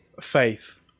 faith